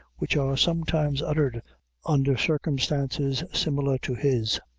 which are sometimes uttered under circumstances similar to his.